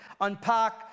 unpack